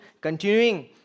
continuing